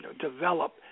Develop